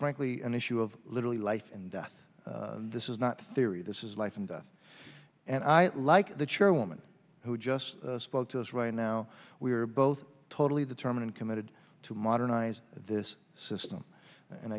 frankly an issue of literally life and death this is not theory this is life and death and i like the chairwoman who just spoke to us right now we are both totally determined committed to modernize this system and